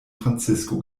francisco